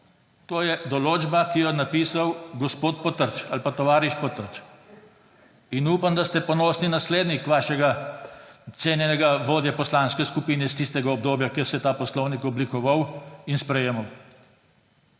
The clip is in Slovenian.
To je določba, ki jo je napisal gospod Potrč ali pa tovariš Potrč. In upam, da ste ponosni, naslednik vašega cenjega vodje poslanske skupine iz tistega obdobja, kjer se je ta poslovnik oblikoval in sprejemal.